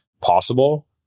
possible